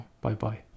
Bye-bye